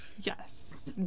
Yes